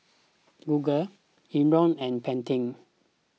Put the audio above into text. Google Iora and Pentel